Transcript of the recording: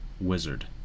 wizard